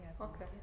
Okay